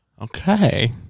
okay